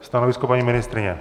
Stanovisko paní ministryně?